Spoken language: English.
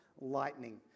lightning